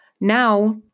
Now